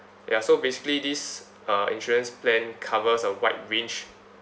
ya so basically this uh insurance plan covers a wide range